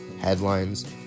headlines